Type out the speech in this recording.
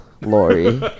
Lori